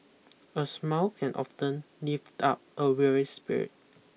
a smile can often lift up a weary spirit